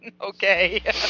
Okay